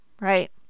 right